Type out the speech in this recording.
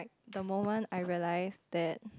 the moment I realise that